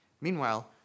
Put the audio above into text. Meanwhile